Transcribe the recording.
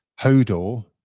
Hodor